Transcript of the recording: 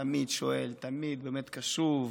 תמיד שואל, תמיד קשוב.